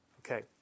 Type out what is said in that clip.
Okay